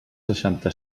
seixanta